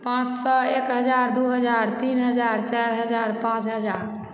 पाँच सए एक हजार दू हजार तीन हजार चारि हजार पाँच हजार